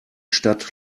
stadt